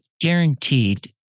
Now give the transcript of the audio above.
guaranteed